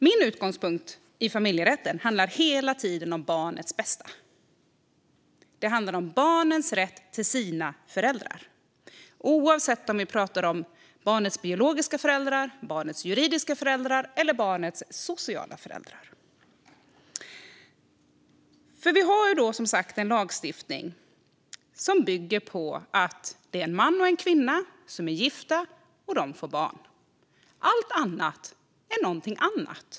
Min utgångspunkt i familjerätten handlar hela tiden om barnets bästa. Det handlar om barnens rätt till sina föräldrar, oavsett om vi pratar om barnets biologiska föräldrar, barnets juridiska föräldrar eller barnets sociala föräldrar. Vi har, som sagt, en lagstiftning som bygger på att det är en man och en kvinna som är gifta och får barn. Allt annat är någonting annat.